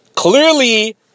Clearly